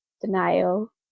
denial